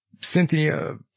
Cynthia